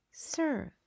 serve